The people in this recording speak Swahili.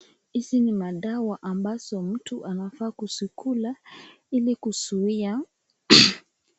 Hizi ni madawa ambazo mtu anafaa kuzikula ili kuzuia...